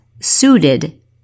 suited